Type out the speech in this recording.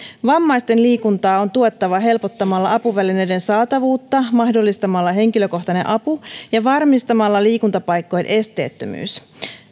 vammaisten liikuntaa on tuettava helpottamalla apuvälineiden saatavuutta mahdollistamalla henkilökohtainen apu ja varmistamalla liikuntapaikkojen esteettömyys